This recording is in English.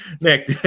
nick